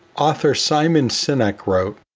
author simon sinek wrote,